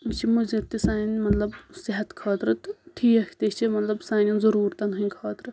یہِ چھُ مُضر تہِ سانہِ مطلب صحت خٲطرٕ تہٕ ٹھیٖک تہِ چھُ مطلب سانٮ۪ن ضروٗرتَن ہٕندۍ خٲطر